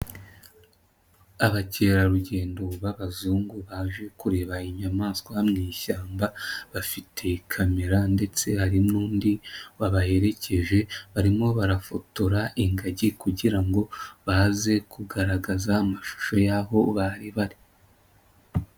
Abakerarugendo b'abazungu baje kureba inyamaswa mu ishyamba bafite kamera ndetse hari n'undi babaherekeje barimo barafotora ingagi kugira ngo baze kugaragaza amashusho y'aho bari bari.